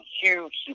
huge